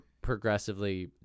progressively